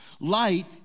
Light